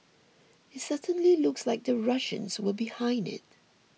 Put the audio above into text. it certainly looks like the Russians were behind it